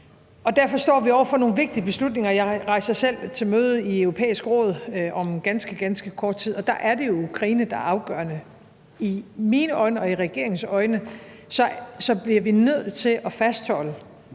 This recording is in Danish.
Derfor står vi over for nogle vigtige beslutninger. Jeg rejser selv til møde i Det Europæiske Råd om ganske, ganske kort tid, og der er det Ukraine, der er afgørende. I mine øjne og i regeringens øjne bliver vi nødt til at fastholde